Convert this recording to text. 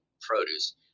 produce